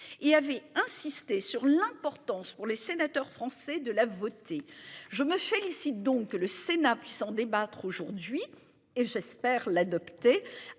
et avait insisté sur l'importance pour les sénateurs français de la voter. Je me félicite donc que le Sénat puisse en débattre aujourd'hui et j'espère l'adopter